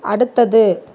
அடுத்தது